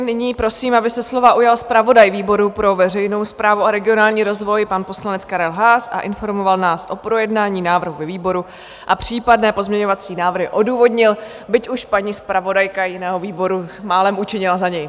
Nyní prosím, aby se slova ujal zpravodaj výboru pro veřejnou správu a regionální rozvoj, pan poslanec Karel Haas, a informoval nás o projednání návrhu ve výboru a případné pozměňovací návrhy odůvodnil, byť už paní zpravodajka jiného výboru málem učinila za něj.